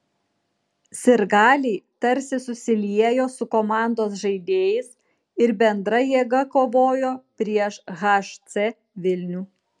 sirgaliai tarsi susiliejo su komandos žaidėjais ir bendra jėga kovojo prieš hc vilnių